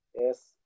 Yes